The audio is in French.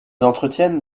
entretiennent